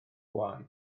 bwâu